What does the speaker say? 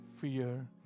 fear